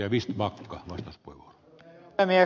arvoisa herra puhemies